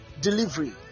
delivery